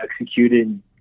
executed